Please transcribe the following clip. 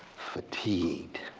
fatigued.